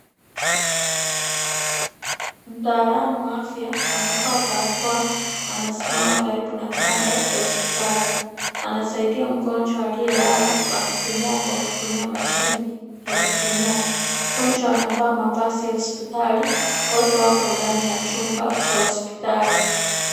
Mtaalamu wa afya amevaa barakoa anasimama karíbu na kitanda cha hospitali anasaidia mgonjwa aliyelala na kupumua kwa kutumia mashini ya kupumua. Mgonjwa amevaa mavazi ya hospitali wote wako ndani ya chumba cha hospitali.